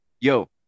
yo